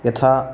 यथा